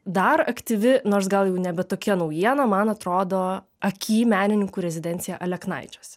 dar aktyvi nors gal jau nebe tokia naujiena man atrodo aky menininkų rezidencija aleknaičiuose